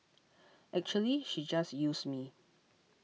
actually she just used me